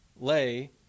lay